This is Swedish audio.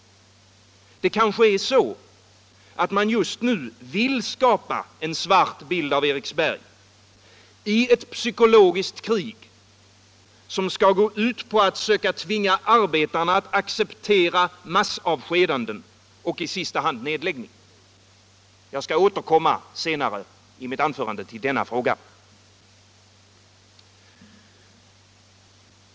Det kanske är så att man just nu vil/ skapa en svart bild av Eriksberg i ett psykologiskt krig som skall gå ut på att söka tvinga arbetarna att acceptera massavskedanden och i sista hand nedläggning. Jag återkommer senare i mitt anförande till denna fråga.